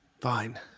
fine